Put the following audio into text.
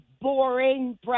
boring